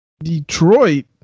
Detroit